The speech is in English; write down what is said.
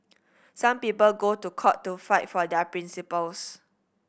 some people go to court to fight for their principles